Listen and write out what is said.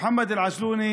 מוחמד אל-עג'לוני,